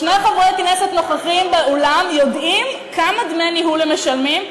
שני חברי כנסת הנוכחים באולם יודעים כמה דמי ניהול הם משלמים.